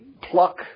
pluck